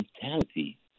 mentality